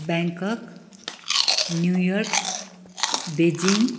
Bangkok New York Beijing